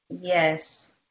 Yes